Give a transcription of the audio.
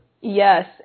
Yes